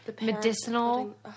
medicinal